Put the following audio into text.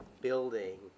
building